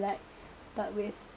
like but with